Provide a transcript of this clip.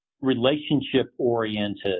relationship-oriented